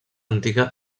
antiga